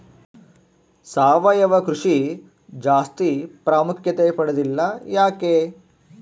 ಸಾವಯವ ಕೃಷಿ ಜಾಸ್ತಿ ಪ್ರಾಮುಖ್ಯತೆ ಪಡೆದಿಲ್ಲ ಯಾಕೆ?